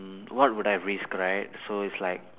what would I risk right so it's like